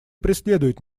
преследует